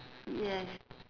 yes